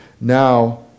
now